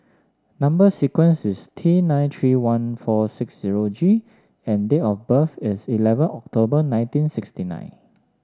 number sequence is T nine three one four six zero G and date of birth is eleven October nineteen sixty nine